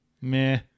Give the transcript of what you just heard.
meh